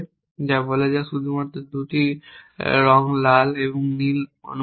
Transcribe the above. যা বলা যাক শুধুমাত্র 2 টি রঙ লাল এবং নীল অনুমোদিত